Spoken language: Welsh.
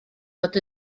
fod